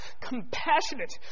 compassionate